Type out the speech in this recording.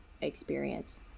experience